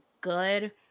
good